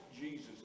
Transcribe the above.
Jesus